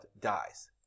dies